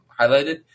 highlighted